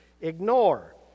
ignore